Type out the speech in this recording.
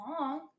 long